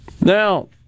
Now